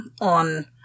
on